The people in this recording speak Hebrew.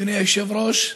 אדוני היושב-ראש,